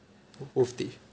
wolf team